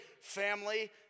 Family